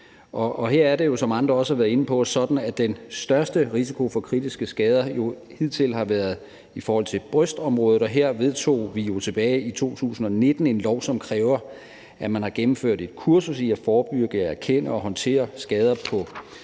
Her er det jo sådan, som andre også har været inde på, at den største risiko for kritiske skader hidtil har været i forhold til brystområdet. Og her vedtog vi jo tilbage i 2019 en lov, som kræver, at man har gennemført et kursus i at forebygge, erkende og håndtere skader på lungerne,